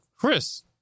Chris